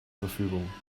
verfügung